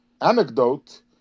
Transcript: anecdote